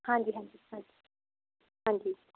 ਹਾਂਜੀ ਹਾਂਜੀ ਹਾਂਜੀ ਹਾਂਜੀ